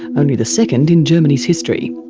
only the second in germany's history.